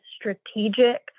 strategic